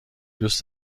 دوست